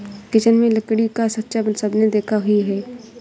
kitchen में लकड़ी का साँचा सबने देखा ही है